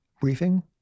briefing